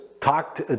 talked